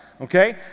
Okay